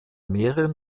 mehreren